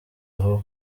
vuba